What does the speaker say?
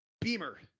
Beamer